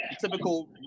typical